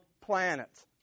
planet